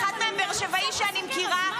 אחד מהם באר שבעי שאני מכירה,